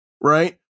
right